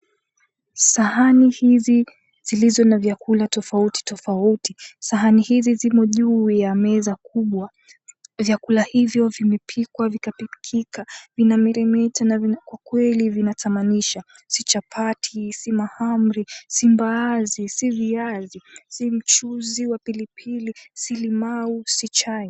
Sahani hizi zilizo na vyakula tofauti tofauti. Sahani hizi zimo juu ya meza kubwa. Vyakula hivyo vimepikwa vikapikika vinameremeta na kwa kweli vinatamanisha, si chapati, si mahamri, si mbaazi, si viazi, si mchuzi wa pilipili, si limau, si chai.